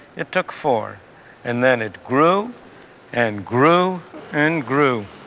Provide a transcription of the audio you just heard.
it took four and then it grew and grew and grew.